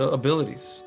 abilities